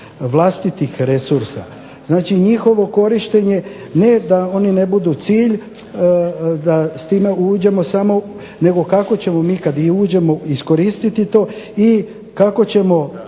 vlastitih resursa. Znači, njihovo korištenje ne da oni ne budu cilj, da s time uđemo samo nego kako ćemo mi kad i uđemo iskoristiti to i kako ćemo